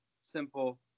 simple